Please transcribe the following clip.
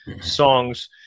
songs